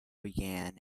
began